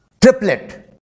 triplet